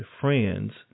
friends